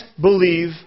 believe